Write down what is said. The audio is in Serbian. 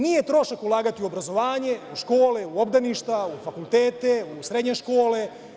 Nije trošak ulagati u obrazovanje, u škole, u obdaništa, u fakultete, u srednje škole.